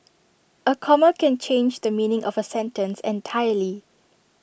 A comma can change the meaning of A sentence entirely